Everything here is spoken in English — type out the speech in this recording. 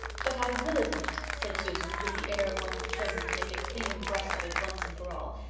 but i will admit, said susan, with the air of one determined to make a clean breast of it once and for all,